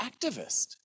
activist